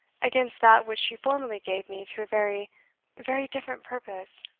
against that which she formerly gave me to a very very different purpose?